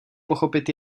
pochopit